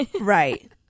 Right